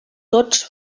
tots